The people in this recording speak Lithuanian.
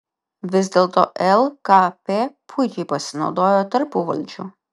vis dėlto lkp puikiai pasinaudojo tarpuvaldžiu